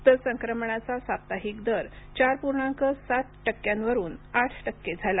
तर संक्रमणाचा साप्ताहिक दर चार पूर्णाक सात टक्क्यांवरुन आठ टक्के झाला